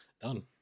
Done